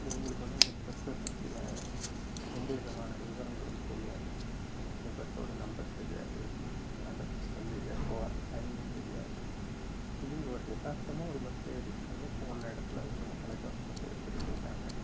இவங்களுக்கு வந்து அந்த பஸ்ஸை பற்றின எந்த விதமான விவரங்களும் தெரியாது அந்த பஸ்ஸோட நம்பர் தெரியாது அந்த பஸ் வந்து எப்போ வரும்னு டைமிங் தெரியாது இவங்க ஒரு எதார்த்தமாக ஒரு பஸ்ஸில் ஏறியிருக்காங்க போன இடத்துல அவங்களோட தலைக்கவசத்தை வச்சுட்டு போய்ட்டாங்க